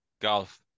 Golf